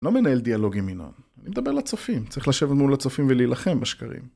אני לא מנהל דיאלוגים, ינון. אני מדבר לצופים. צריך לשבת מול הצופים ולהילחם בשקרים.